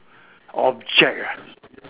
object ah